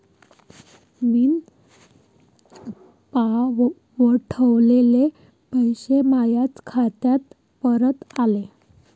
मीन पावठवलेले पैसे मायाच खात्यात परत आले